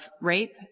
rape